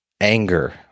anger